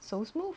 so smooth